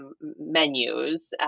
menus